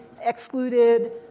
excluded